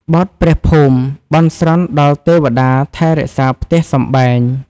បទព្រះភូមិ បន់ស្រន់ដល់ទេវតាថែរក្សាផ្ទះសម្បែង។